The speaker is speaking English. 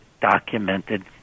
documented